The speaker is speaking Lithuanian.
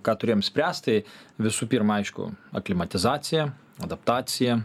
ką turėjom spręst tai visų pirma aišku aklimatizacija adaptacija